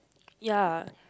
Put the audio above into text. ya